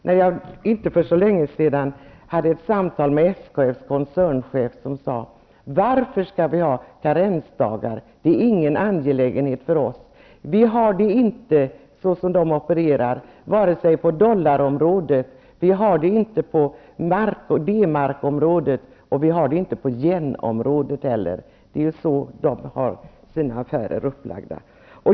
Jag hade för inte så länge sedan ett samtal med SKF:s koncernchef, som sade: Varför skall vi ha karensdagar? Det är ingen angelägenhet för oss. Det finns inte på dollar-området, det finns inte på D-mark-området, och det finns inte heller på yenområdet. Det är ju på detta sätt de har sina affärer upplagda.